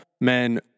men